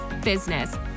business